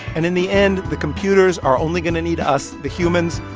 and in the end, the computers are only going to need us, the humans,